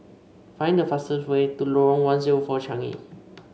find the fastest way to Lorong one zero four Changi